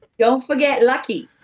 don't forget lucky.